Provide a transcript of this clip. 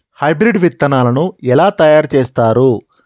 Hybrid విత్తనాలను ఎలా తయారు చేస్తారు?